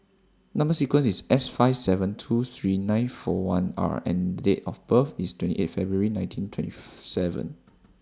Number sequence IS S five seven two three nine four one R and Date of birth IS twenty eighth February nineteen twenty seven